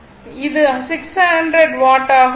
அது 600 வாட் ஆகும்